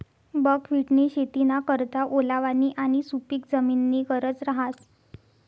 बकव्हिटनी शेतीना करता ओलावानी आणि सुपिक जमीननी गरज रहास